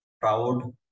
Proud